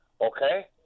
Okay